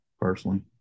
personally